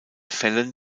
fällen